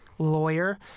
Lawyer